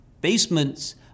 basements